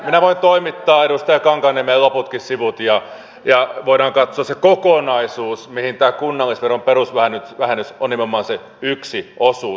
minä voin toimittaa edustaja kankaanniemelle loputkin sivut ja voidaan katsoa se kokonaisuus mistä tämä kunnallisveron perusvähennys on nimenomaan se yksi osuus